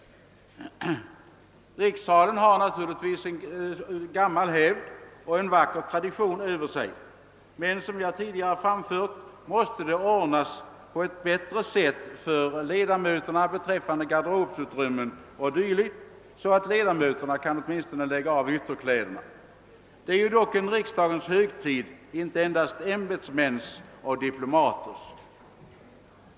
Rikssalen har naturligtvis gammal hävd och en vacker tradition över sig, men som jag tidigare framfört måste det ordnas på ett bättre sätt med garderobsutrymmen 0. dyl., så att ledamöterna åtminstone kan lägga av ytterkläderna. Det är dock en riksdagens högtid — inte endast ämbetsmäns och diplomaters!